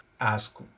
ask